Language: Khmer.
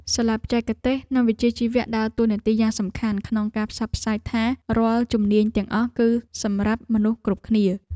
សាលាបច្ចេកទេស និងវិជ្ជាជីវៈដើរតួនាទីយ៉ាងសំខាន់ក្នុងការផ្សព្វផ្សាយថា រាល់ជំនាញទាំងអស់គឺសម្រាប់មនុស្សគ្រប់គ្នា។